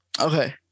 Okay